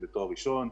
בתואר ראשון,